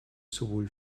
sowohl